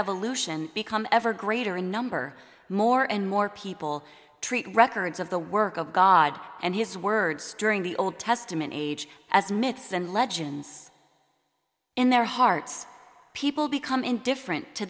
evolution become ever greater in number more and more people treat records of the work of god and his words during the old testament age as myths and legends in their hearts people become indifferent to